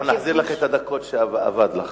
אנחנו נחזיר לך את הדקות שאבדו לך.